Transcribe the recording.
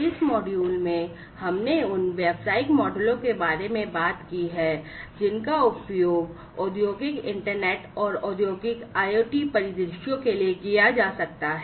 इस मॉड्यूल में हमने उन व्यावसायिक मॉडलों के बारे में बात की है जिनका उपयोग औद्योगिक इंटरनेट और औद्योगिक IoT परिदृश्यों के लिए किया जा सकता है